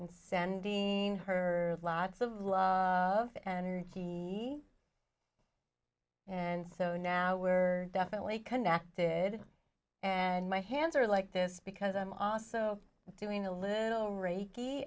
and sending her lots of love of and t and so now we are definitely connected and my hands are like this because i'm also doing a little reiki